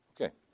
Okay